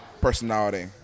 personality